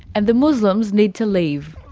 and the muslims need to leave.